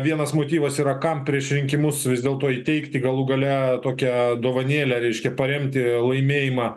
vienas motyvas yra kam prieš rinkimus vis dėlto įteikti galų gale tokią dovanėlę reiškia paremti laimėjimą